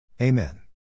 Amen